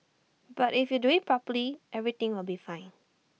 but if you do IT properly everything will be fine